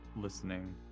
listening